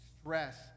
stress